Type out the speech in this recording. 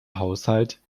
haushalt